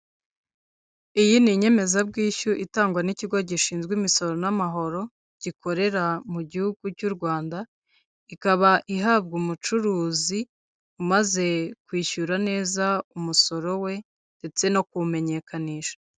Iyi ni inyemezabwishyu itangwa n'ikigo gishinzwe imisoro n'amahoro gikorera mu gihugu cy'u Rwanda, ikaba ihabwa umucuruzi umaze kwishyura neza umusoro we ndetse no kuwumenyekanisha.